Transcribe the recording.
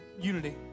unity